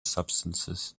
substances